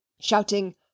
Shouting